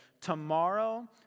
Tomorrow